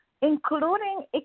including